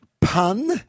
pun